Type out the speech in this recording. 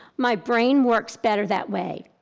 my brain works better that way.